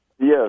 Yes